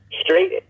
straight